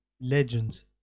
Legends